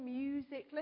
music